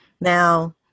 Now